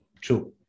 True